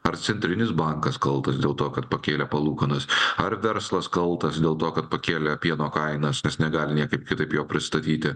ar centrinis bankas kaltas dėl to kad pakėlė palūkanas ar verslas kaltas dėl to kad pakėlė pieno kainas nes negali niekaip kitaip jo pristatyti